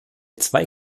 zwei